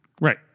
Right